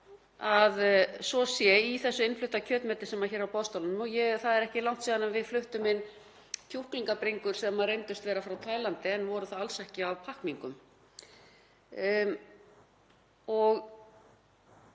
að svo sé í þessu innflutta kjötmeti sem hér er á boðstólum. Það er ekki langt síðan við fluttum inn kjúklingabringur sem reyndust vera frá Taílandi en voru það alls ekki af pakkningum